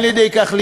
על-ידי כך,